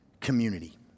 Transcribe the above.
community